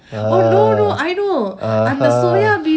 uh (uh huh)